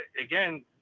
again